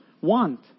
want